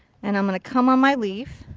and i'm going to come on my leaf,